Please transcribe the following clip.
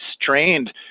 strained